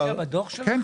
זה מופיע בדוח שלכם?